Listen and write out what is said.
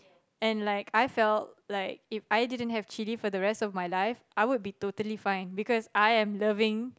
and like I felt like If I didn't have Kitty for the rest of my life I would be totally fine because I am loving